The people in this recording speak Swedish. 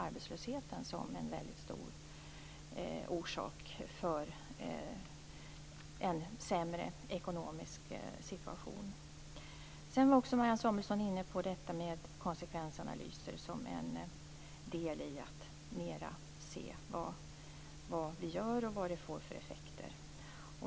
Arbetslösheten är således en väsentlig orsak till den sämre ekonomiska situationen. Sedan var Marianne Samuelsson också inne på konsekvensanalyser som en del i att mer se vad vi gör och vad det får för effekter.